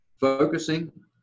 Focusing